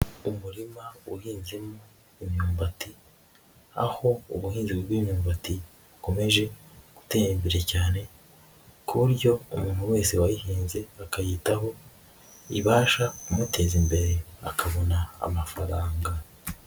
Umurima uhinzemo imyumbati, aho ubuhinzi bw'imyumbati bukomeje gutera imbere cyane, ku buryo umuntu wese wayihinze akayitaho, ibasha kumuteza imbere akabona amafaranga.